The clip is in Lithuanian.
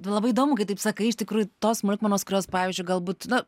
labai įdomu kai taip sakai iš tikrųjų tos smulkmenos kurios pavyzdžiui galbūt na